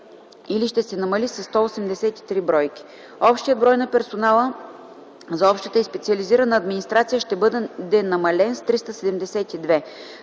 или ще се намали със 183 бройки. Общият брой на персонала за общата и специализирана администрация ще бъде намален с 372.